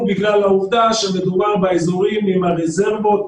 בגלל העובדה שהמדובר באזורים עם הרזרבות